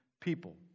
people